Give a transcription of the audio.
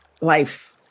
life